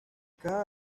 cada